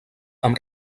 amb